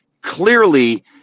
clearly